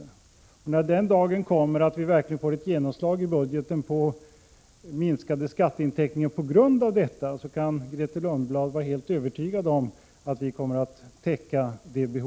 Grethe Lundblad kan vara helt övertygad om att den dag vi verkligen får ett genomslag i budgeten med minskade skatteintäkter på grund av detta, då kommer vi att täcka detta